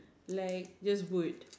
like just wood